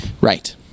Right